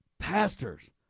Pastors